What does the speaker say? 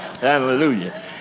hallelujah